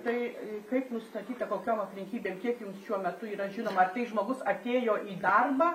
tai kaip nustatyta kokiom aplinkybėm kiek jums šiuo metu yra žinoma ar tai žmogus atėjo į darbą